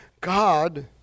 God